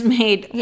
made